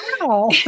Wow